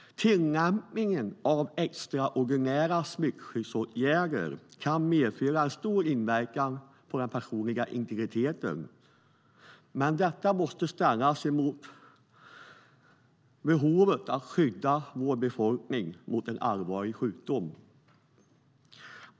Tillämpning av extraordinära smittskyddsåtgärder kan medföra stor inverkan på den personliga integriteten. Detta måste ställas mot behovet av att skydda vår befolkning mot en allvarlig sjukdom.